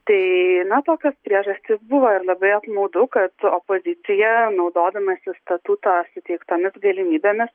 tai na tokios priežastys buvo ir labai apmaudu kad opozicija naudodamasi statuto suteiktomis galimybėmis